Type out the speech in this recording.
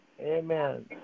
Amen